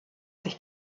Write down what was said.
sich